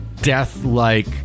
death-like